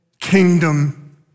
kingdom